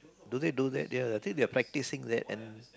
do they do that ya I think they are practicing that and